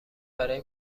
برای